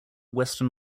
western